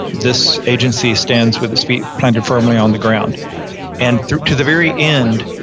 this agency stands with his feet planted firmly on the ground and to the very end,